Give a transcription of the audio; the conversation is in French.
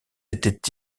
était